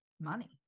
money